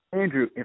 Andrew